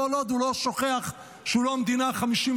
כל עוד הוא לא שוכח שהוא לא המדינה ה-51.